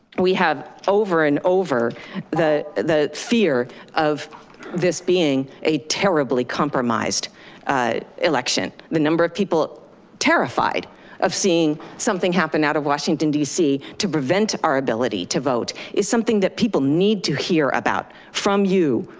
we have over and over the the fear of this being a terribly compromised compromised election. the number of people terrified of seeing something happen out of washington d c. to prevent our ability to vote is something that people need to hear about from you,